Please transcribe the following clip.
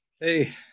Hey